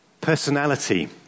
Personality